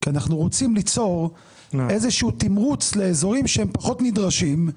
כי אנחנו רוצים ליצור איזה שהוא תמריץ לאזורים שהם פחות נדרשים,